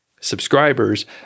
subscribers